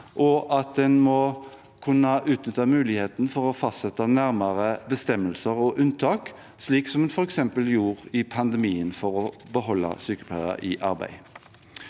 og at en må kunne utnytte muligheten for å fastsette nærmere bestemmelser og unntak, slik som en f.eks. gjorde i pandemien for å beholde sykepleiere i arbeid.